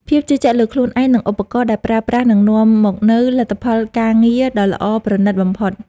ភាពជឿជាក់លើខ្លួនឯង និង ឧបករណ៍ដែលប្រើប្រាស់នឹងនាំមកនូវលទ្ធផលការងារដ៏ល្អប្រណីតបំផុត។